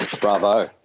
Bravo